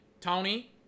Tony